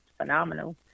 Phenomenal